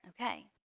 Okay